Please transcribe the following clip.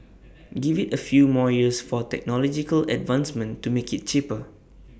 give IT A few more years for technological advancement to make IT cheaper